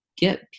get